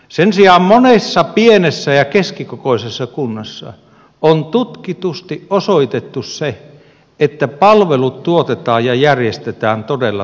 sen sijaan monessa pienessä ja keskikokoisessa kunnassa on tutkitusti osoitettu se että palvelut tuotetaan ja järjestetään todella tehokkaasti